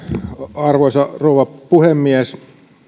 arvoisa rouva puhemies